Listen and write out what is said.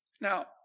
now